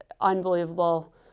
Unbelievable